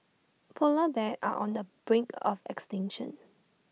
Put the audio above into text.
Polar Bears are on the brink of extinction